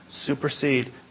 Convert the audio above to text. supersede